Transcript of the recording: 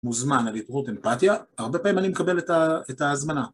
מוזמן על יתרות אמפתיה, הרבה פעמים אני מקבל את ההזמנה.